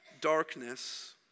darkness